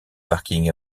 parking